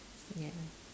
ya